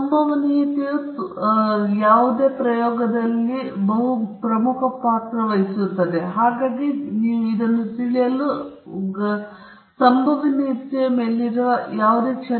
ಸಂಭವನೀಯತೆ ವಿತರಣಾ ಕಾರ್ಯದ ಹರಡುವಿಕೆಯನ್ನು ಪರಿಮಾಣಿಸಲು ನಾವು ಭಿನ್ನತೆಯನ್ನು ಪ್ರತಿನಿಧಿಸುವ ಸಿಗ್ಮಾ ವರ್ಗವನ್ನು ಹೊಂದಿದ್ದೇವೆ ಆದ್ದರಿಂದ ಸಿಗ್ಮಾ ವರ್ಗವು ಭಿನ್ನಾಭಿಪ್ರಾಯವಾಗಿದೆ ಮತ್ತು ಅದು X ಮೈನಸ್ ಮೌ ಪೂರ್ಣ ಸ್ಕ್ವೇರ್ನ ನಿರೀಕ್ಷಿತ ಮೌಲ್ಯ ಎಂದು ವ್ಯಾಖ್ಯಾನಿಸಲಾಗಿದೆ